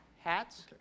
Hats